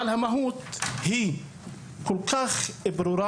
אבל המהות היא כל כך ברורה.